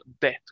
Death